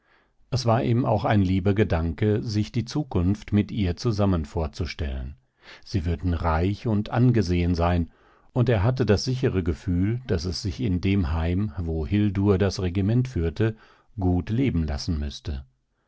es war ihm auch ein lieber gedanke sich die zukunft mit ihr zusammen vorzustellen sie würden reich und angesehen sein und er hatte das sichere gefühl daß es sich in dem heim wo hildur das regiment führte gut leben lassen müßte